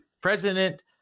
President